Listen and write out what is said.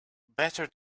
better